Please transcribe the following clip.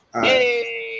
Hey